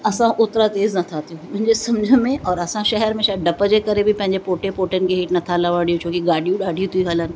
असां ओतिरा तेज़ नथा थियूं मुंहिंजे सम्झ में और असां शहर में शाइदि डप जे करे बि पंहिंजे पोटे पोटियुनि खे हेठि नथा लहणु ॾियनि छोकी गाॾियूं ॾाढियूं थी हलनि